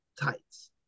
tights